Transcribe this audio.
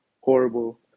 horrible